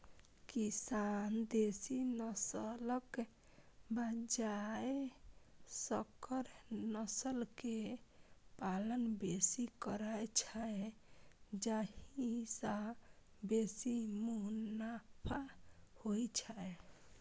किसान देसी नस्लक बजाय संकर नस्ल के पालन बेसी करै छै, जाहि सं बेसी मुनाफा होइ छै